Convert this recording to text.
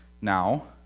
now